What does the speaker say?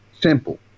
simple